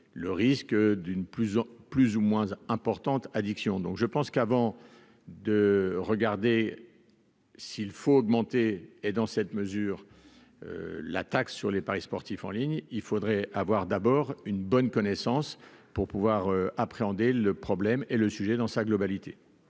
le risque d'une plus en plus ou moins importantes, addiction, donc je pense qu'avant de regarder s'il faut augmenter et dans cette mesure, la taxe sur les paris sportifs en ligne, il faudrait avoir d'abord une bonne connaissance pour pouvoir appréhender le problème est le sujet dans sa globalité.